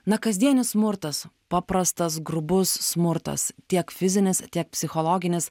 na kasdienis smurtas paprastas grubus smurtas tiek fizinis tiek psichologinis